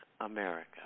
America